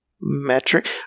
metric